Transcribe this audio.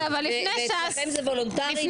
ואצלכם זה וולונטרי.